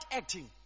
acting